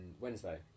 Wednesday